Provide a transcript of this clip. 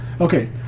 okay